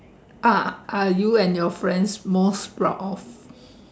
ah are you and your friends most proud of